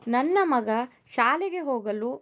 ನನ್ನ ಮಗ ಶಾಲೆಗೆ ಹೋಗಲು